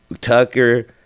tucker